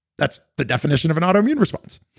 that's the definition of an autoimmune response.